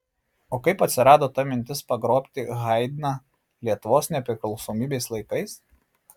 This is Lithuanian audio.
o kaip atsirado ta mintis pagroti haidną lietuvos nepriklausomybės laikais